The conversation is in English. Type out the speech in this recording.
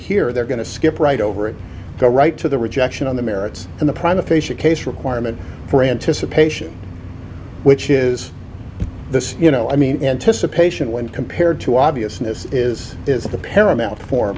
here they're going to skip right over it go right to the rejection on the merits and the prime official case requirement for anticipation which is this you know i mean anticipation when compared to obviousness is is the paramount form